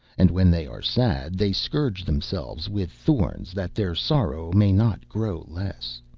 and when they are sad they scourge themselves with thorns that their sorrow may not grow less.